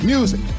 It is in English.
Music